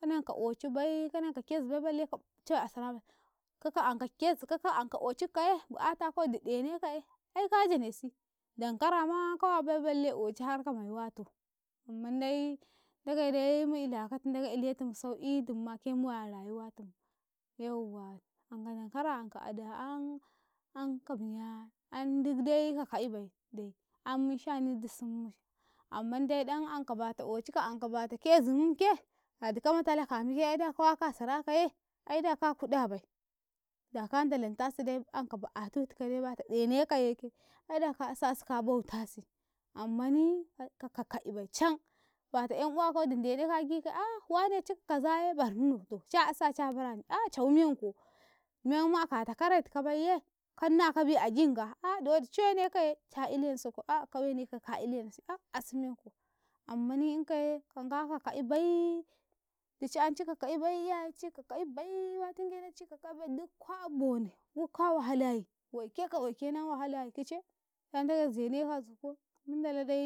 Kananka ko ocibin ka kezibai balle ka cawe a sarabai, kakanka kezzika kakanka occikaye bu'ataka wadi ɗenekaye aika janesi dankarama kasabai balle oci har ka maiwato, amman dai ndageide mu ilakatu ndagei iletum sau'i dumma ke muwai a rayuwantum yauwa anka dankara anka adaa ka miya an duk de ka ak'ibaide, amm sha'ani dussummun amman dai ɗan anka bata oci ka anka bata kezimke adika mai talaka aid kawaka a sara kaye aida ka kuɗabai da kan ndala tasi dai anka bu'atutukade bata ɗenekaye ke aida ka asasi ka botasi, ammani ka ka 'ibai can bata "yan uwaka wadi ndeneka a gika da'ah wane cika ka kazaye barhinnano to ca asa cabarni ah cawu menku, memma a kata karetika baiye kannaka a gin nga ah dowadi ciwenekaye callensu ko ah ka wene ka ka ilenisi ah asimenku, ammani inkaye kannaga ka ka'ibai dici an cika ka'ibai iyayeci ka ka'ibii ba tingenaci ka ka'ibai duk kwa'a boni duk kwa wallayi, waike ka waike na wahalayi kice, da nda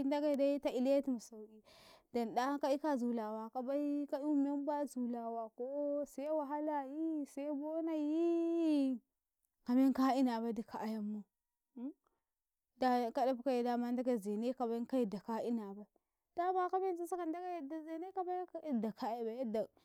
ndageide ta'iltum sau'i danɗa'an ka ika azu lawalayii ka eu membai a zu lawakau se wahalayii se bonaii kamen ka inabai dukka ayam ndagei zenekabain ka yadda ka inabai, dama kamen tasi kan ndagei yadda zene kabai ka yadda ka ebai ka yadda.